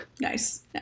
nice